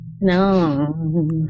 No